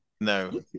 no